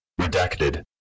Redacted